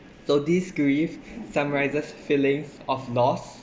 so this grief summarises feelings of loss